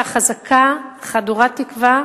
אשה חזקה, חדורת תקווה,